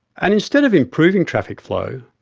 and instead of improving traffic flow,